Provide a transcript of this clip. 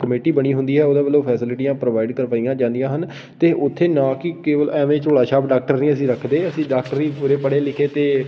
committee ਬਣੀ ਹੁੰਦੀ ਹੈ ਉਹਦੇ ਵੱਲੋਂ ਫੈਸਿਲਿਟੀਆਂ ਪ੍ਰੋਵਾਈਡ ਕਰਵਾਈਆਂ ਜਾਂਦੀਆਂ ਹਨ ਅਤੇ ਉੱਥੇ ਨਾ ਕਿ ਕੇਵਲ ਐਵੇਂ ਝੋਲਾ ਛਾਪ ਡਾਕਟਰ ਨਹੀਂ ਅਸੀਂ ਰੱਖਦੇ ਅਸੀਂ ਡਾਕਟਰ ਵੀ ਪੂਰੇ ਪੜ੍ਹੇ ਲਿਖੇ ਅਤੇ